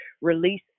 release